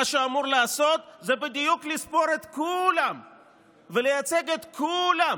הוא בדיוק לספור את כולם ולייצג את כולם.